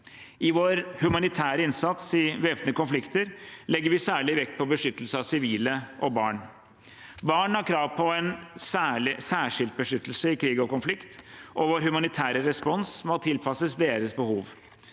I vår humanitære innsats i væpnede konflikter legger vi særlig vekt på beskyttelse av sivile og barn. Barn har krav på særskilt beskyttelse i krig og konflikt, og vår humanitære respons må tilpasses deres behov.